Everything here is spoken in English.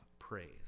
praise